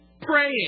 praying